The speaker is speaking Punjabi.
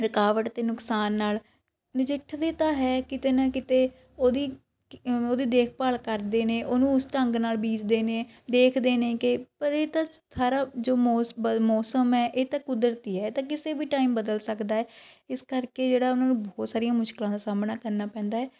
ਰੁਕਾਵਟ ਅਤੇ ਨੁਕਸਾਨ ਨਾਲ ਨਜਿੱਠਦੇ ਤਾਂ ਹੈ ਕਿਤੇ ਨਾ ਕਿਤੇ ਉਹਦੀ ਕ ਉਹਦੀ ਦੇਖਭਾਲ ਕਰਦੇ ਨੇ ਉਹਨੂੰ ਉਸ ਢੰਗ ਨਾਲ ਬੀਜਦੇ ਨੇ ਦੇਖਦੇ ਨੇ ਕਿ ਪਰ ਇਹ ਤਾਂ ਸਾਰਾ ਜੋ ਮੋਸ ਬਲ ਮੌਸਮ ਹੈ ਇਹ ਤਾਂ ਕੁਦਰਤੀ ਹੈ ਇਹ ਤਾਂ ਕਿਸੇ ਵੀ ਟਾਈਮ ਬਦਲ ਸਕਦਾ ਹੈ ਇਸ ਕਰਕੇ ਜਿਹੜਾ ਉਹਨਾਂ ਨੂੰ ਬਹੁਤ ਸਾਰੀਆਂ ਮੁਸ਼ਕਲਾਂ ਦਾ ਸਾਹਮਣਾ ਕਰਨਾ ਪੈਂਦਾ ਹੈ